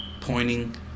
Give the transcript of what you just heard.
pointing